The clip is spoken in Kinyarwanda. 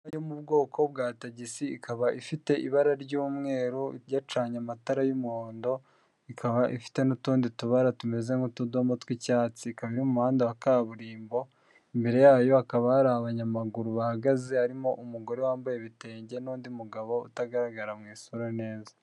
Imodoka yo mu bwoko bwa tagisi ikaba ifite ibara ry'umweru ryacanye amatara y'umuhondo ikaba ifite n'utundi tubara tumeze nk'utudomo tw'icyatsi ikaba umuhanda wa kaburimbo imbere yayo akaba hari abanyamaguru bahagaze harimo umugore wambaye ibitenge n'undi mugabo utagaragara mu isura neza.